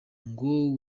ngo